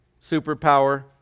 superpower